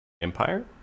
empire